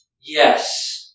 Yes